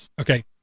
okay